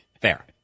fair